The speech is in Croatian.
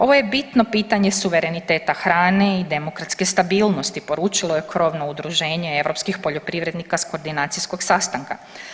Ovo je bitno pitanje suvereniteta hrane i demokratske stabilnosti poručilo je krovno udruženje europskih poljoprivrednika s koordinacijskog sastanka.